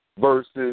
versus